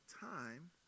time